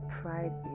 pride